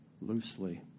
loosely